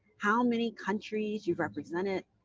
how many countries you represented,